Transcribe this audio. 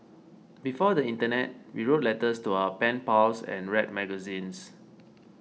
before the internet we wrote letters to our pen pals and read magazines